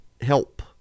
help